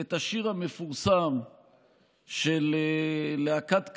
את השיר המפורסם של להקת כוורת,